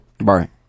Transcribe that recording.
right